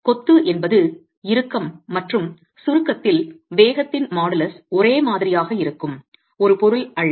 கொத்து என்பது இறுக்கம் மற்றும் சுருக்கத்தில் வேகத்தின் மாடுலஸ் ஒரே மாதிரியாக இருக்கும் ஒரு பொருள் அல்ல